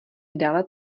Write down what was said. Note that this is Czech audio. dále